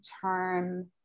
term